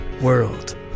world